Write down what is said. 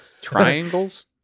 triangles